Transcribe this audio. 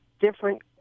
different